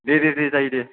दे दे दे जायो दे